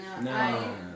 no